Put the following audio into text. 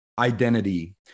identity